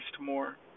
more